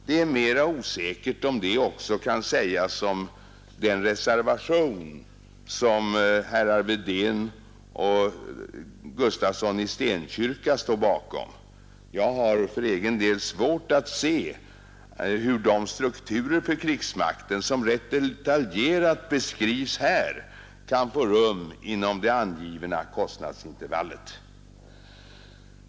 Det är mera osäkert om detta också kan sägas om den reservation som herrar Wedén och Gustafsson i Stenkyrka står bakom. Jag har för egen del svårt att se hur de strukturer för krigsmakten som rätt detaljerat beskrivs där kan få rum inom det angivna kostnadsintervallet.